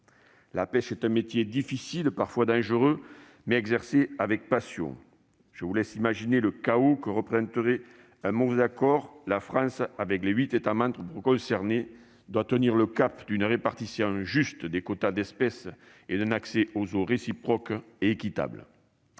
La pêche est un métier difficile, parfois dangereux, mais exercé avec passion. Je vous laisse imaginer le chaos qu'induirait la conclusion d'un mauvais accord. La France, avec les huit autres États membres concernés, doit tenir le cap d'une répartition juste des quotas d'espèces et d'un accès aux eaux réciproque et équitable.